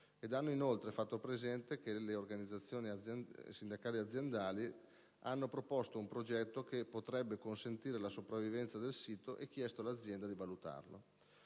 e hanno inoltre fatto presente che le organizzazioni sindacali aziendali hanno proposto un progetto che potrebbe consentire la sopravvivenza del sito e chiesto all'azienda di valutarlo.